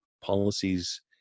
policies